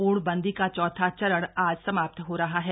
पूर्णबंदी का चौथा चरण आज समाप्त हो रहा है